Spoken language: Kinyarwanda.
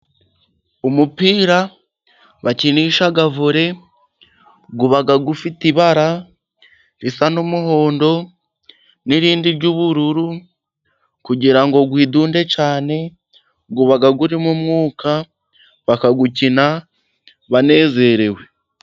Umupira bakinisha vole uba ufite ibara risa n'umuhondo n'irindi ry'ubururu. Kugira ngo widunde cyane uba urimo umwuka, bakawukina banezerewe.